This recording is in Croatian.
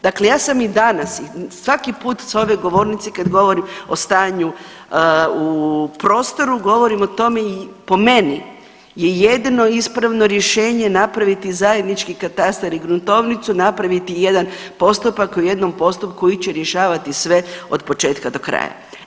Dakle ja sam i danas, svaki put s ove govornice kad govorim o stanju u prostoru govorim o tome, po meni je jedino ispravno rješenje napraviti zajednički katastar i gruntovnicu, napraviti jedan postupak, u jednom postupku ići rješavati sve od početka do kraja.